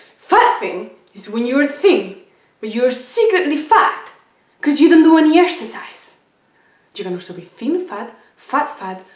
fat-thin is when your thin but you're secretly fat because you can do any exercise you can also be, thin-fat, fat-fat,